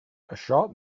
això